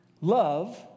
love